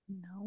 No